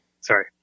sorry